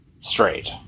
straight